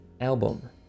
album